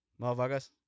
motherfuckers